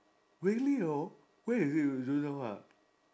really though where is it you don't know ha